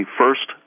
first